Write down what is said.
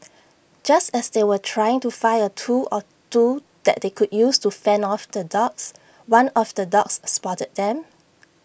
just as they were trying to find A tool or two that they could use to fend off the dogs one of the dogs spotted them